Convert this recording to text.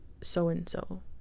so-and-so